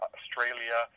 Australia